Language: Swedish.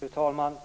Fru talman! Vad